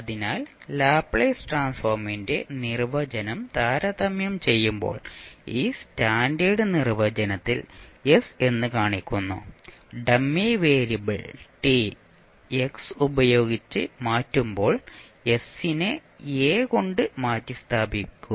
അതിനാൽ ലാപ്ലേസ് ട്രാൻസ്ഫോർമിന്റെ നിർവചനം താരതമ്യം ചെയ്യുമ്പോൾ ഈ സ്റ്റാൻഡേർഡ് നിർവചനത്തിൽ s എന്ന് കാണിക്കുന്നു ഡമ്മി വേരിയബിൾ ടി x ഉപയോഗിച്ച് മാറ്റുമ്പോൾ s നെ a കൊണ്ട് മാറ്റിസ്ഥാപിക്കുക